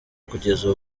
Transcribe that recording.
kugeza